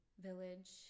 village